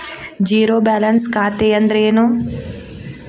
Zero balance ಖಾತೆ ಅಂದ್ರೆ ಏನು?